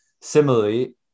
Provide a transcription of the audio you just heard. Similarly